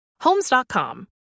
Homes.com